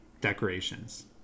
decorations